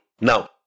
Now